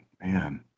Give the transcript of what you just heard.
man